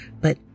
but-